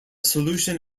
solution